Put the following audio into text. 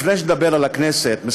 לפני שנדבר על הכנסת סליחה,